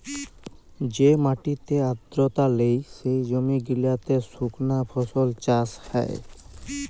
যে মাটিতে আদ্রতা লেই, সে জমি গিলাতে সুকনা ফসল চাষ হ্যয়